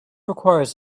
requires